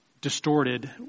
distorted